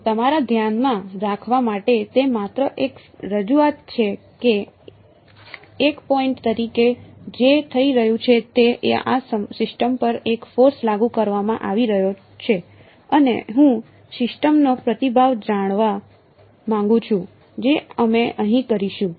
પરંતુ તમારા ધ્યાનમાં રાખવા માટે તે માત્ર એક રજૂઆત છે કે એક પોઇન્ટ તરીકે જે થઈ રહ્યું છે તે આ સિસ્ટમ પર એક ફોર્સ લાગુ કરવામાં આવી રહ્યું છે અને હું સિસ્ટમનો પ્રતિભાવ જાણવા માંગુ છું જે અમે અહીં કરીશું